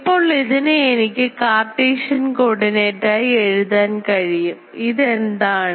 ഇപ്പോൾ ഇതിനെ എനിക്ക് കാർട്ടീഷ്യൻ കോർഡിനേറ്റ് ആയി എഴുതാൻ കഴിയും ഇതെന്താണ്